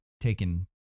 taken